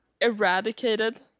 eradicated